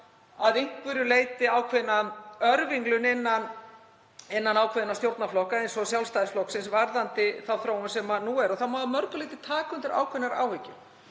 að einhverju leyti ákveðna örvinglun innan ákveðinna stjórnarflokka eins og Sjálfstæðisflokksins varðandi þá þróun sem nú er. Það má að mörgu leyti taka undir ákveðnar áhyggjur.